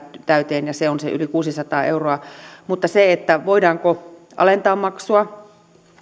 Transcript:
täyteen ja se on se yli kuusisataa euroa mutta se voidaanko alentaa maksua